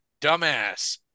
dumbass